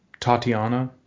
Tatiana